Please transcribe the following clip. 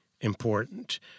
important